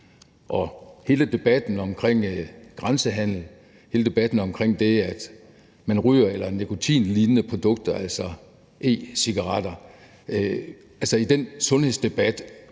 til hele debatten omkring grænsehandel og hele debatten omkring det, at man ryger nikotinlignende produkter, altså e-cigaretter, kører sundhedsdebatten